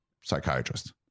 psychiatrist